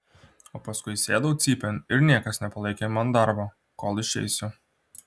o paskui sėdau cypėn ir niekas nepalaikė man darbo kol išeisiu